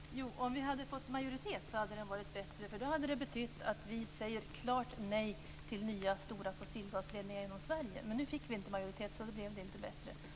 Fru talman! Om vi hade fått majoritet hade texten varit bättre. Då hade den betytt att vi säger klart nej till nya stora fossilgasledningar genom Sverige. Men nu fick vi inte majoritet, så då blev den inte bättre.